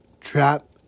Trap